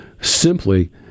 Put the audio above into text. Simply